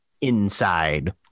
inside